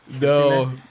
No